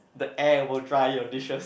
the air will dry your dishes